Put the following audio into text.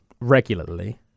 regularly